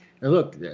look